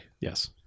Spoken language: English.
Yes